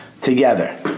together